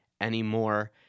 anymore